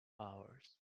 hours